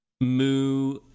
moo